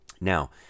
Now